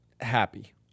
happy